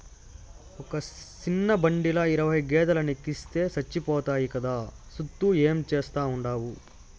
ఒక సిన్న బండిల ఇరవై గేదేలెనెక్కిస్తే సచ్చిపోతాయి కదా, సూత్తూ ఏం చేస్తాండావు